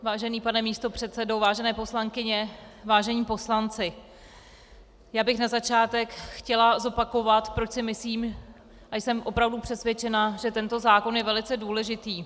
Vážený pane místopředsedo, vážené poslankyně, vážení poslanci, já bych na začátek chtěla zopakovat, proč si myslím a jsem opravdu přesvědčena, že tento zákon je velice důležitý.